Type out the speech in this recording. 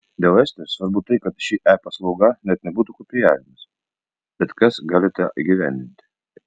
dėl estijos svarbu tai kad ši e paslauga net nebūtų kopijavimas bet kas gali tą įgyvendinti